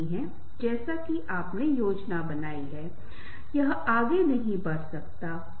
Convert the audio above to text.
और साथी की जरूरतों को पूरा करने के लिए किए गए प्रयास